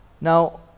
Now